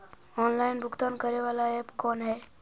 Online भुगतान करे बाला ऐप कौन है?